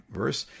verse